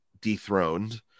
dethroned